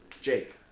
Jake